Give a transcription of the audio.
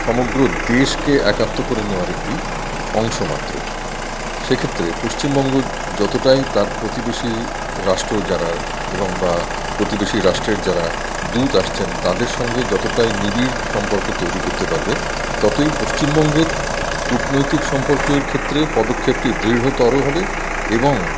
সমগ্র দেশকে একাত্ম করে নেওয়ার একটি অংশ মাত্র সেক্ষেত্রে পশ্চিমবঙ্গ যতটাই তার প্রতিবেশী রাষ্ট্র যারা এবং বা প্রতিবেশী রাষ্ট্রের যারা দূত আসছেন তাদের সঙ্গে যতটাই নিবিড় সম্পর্ক তৈরি করতে পারবে ততোই পশ্চিমবঙ্গের কূটনৈতিক সম্পর্কের ক্ষেত্রে পদক্ষেপটি দৃঢ়তর হবে এবং